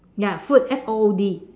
ya food F O O D